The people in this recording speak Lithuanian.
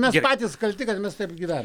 mes patys kalti kad mes taip gyvenam